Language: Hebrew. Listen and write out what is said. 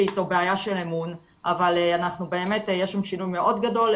איתו בעיה של אמון' אבל בהחלט יש שינוי מאוד גדול,